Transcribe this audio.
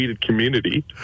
community